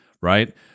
right